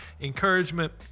encouragement